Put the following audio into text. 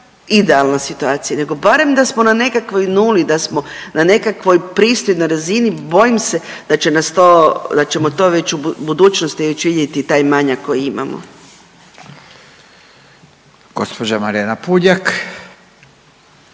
idealna situacija nego barem da smo na nekakvoj nuli, da smo na nekakvoj pristojnoj razini, bojim se da će nas to, da ćemo to već u budućnosti već vidjeti taj manjak koji imamo.